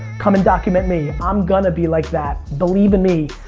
come and document me. i'm gonna be like that. believe in me.